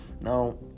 now